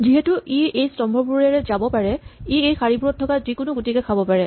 যিহেতু ই এই স্তম্ভবোৰেৰে যাব পাৰে ই এই শাৰীবোৰত থকা যিকোনো গুটিকে খাব পাৰে